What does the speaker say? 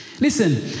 Listen